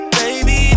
baby